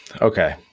Okay